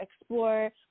explore